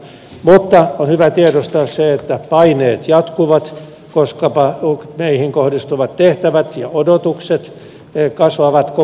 mutta on hyvä tiedostaa se että paineet jatkuvat koskapa meihin kohdistuvat tehtävät ja odotukset kasvavat koko ajan